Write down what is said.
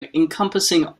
encompassing